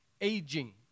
aging